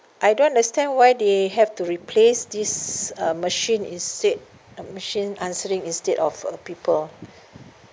I don't understand why they have to replace this uh machine instead uh machine answering instead of a people